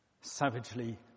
savagely